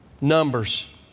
Numbers